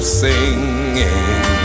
singing